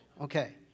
Okay